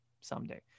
someday